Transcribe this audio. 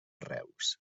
reus